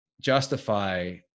justify